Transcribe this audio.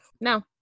no